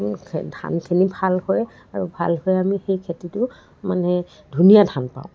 ধানখিনি ভাল হয় আৰু আৰু ভাল হৈ আমি সেই খেতিটো মানে ধুনীয়া ধান পাওঁ